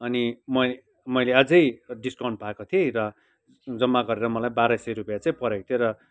अनि मैले अझै डिस्काउन्ट पाएको थिएँ र जम्मा गरेर मलाई बाह्र सय रुपियाँ चाहिँ परेको थियो र